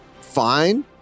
fine